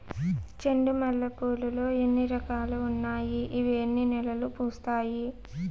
చెండు మల్లె పూలు లో ఎన్ని రకాలు ఉన్నాయి ఇవి ఎన్ని నెలలు పూస్తాయి